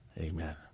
Amen